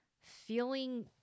feeling